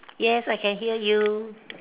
yes I can hear you